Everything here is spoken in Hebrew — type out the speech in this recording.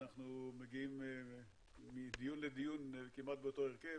אנחנו מגיעים מדיון לדיון כמעט באותו הרכב,